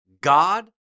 God